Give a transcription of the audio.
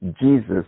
Jesus